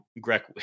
Greg